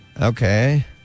Okay